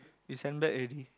they send back already